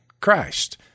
Christ